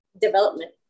development